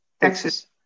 Texas